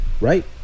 Right